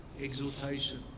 exaltation